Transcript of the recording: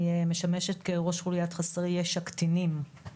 אני משמשת כראש חוליית חסרי ישע קטינים,